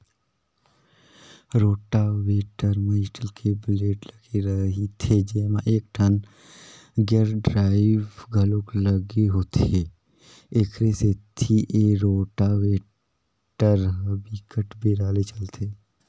rotavator म steel के blade लगे रहिथे जेमा एकठन गेयर ड्राइव घलोक लगे होथे, एखरे सेती ए रोटावेटर ह बिकट बेरा ले चलथे